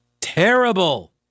terrible